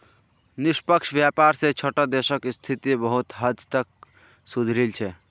निष्पक्ष व्यापार स छोटो देशक स्थिति बहुत हद तक सुधरील छ